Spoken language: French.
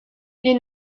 les